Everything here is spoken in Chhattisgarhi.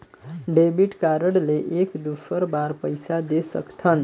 डेबिट कारड ले एक दुसर बार पइसा दे सकथन?